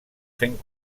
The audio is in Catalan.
fent